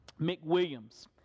McWilliams